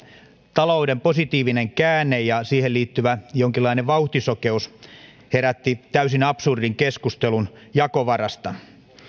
talouden positiivinen käänne ja siihen liittyvä jonkinlainen vauhtisokeus herättivät täysin absurdin keskustelun jakovarasta